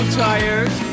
tired